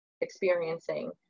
experiencing